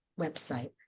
website